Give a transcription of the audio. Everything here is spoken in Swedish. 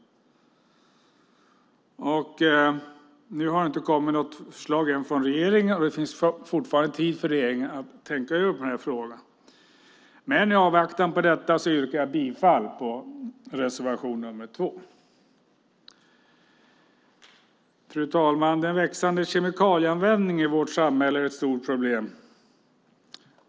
Nu har det ännu inte kommit något förslag från regeringen, och det finns fortfarande tid för regeringen att tänka över frågan. I avvaktan på detta yrkar jag bifall till reservation 2. Fru talman! Den växande kemikalieanvändningen i vårt samhälle är ett stort problem.